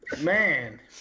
man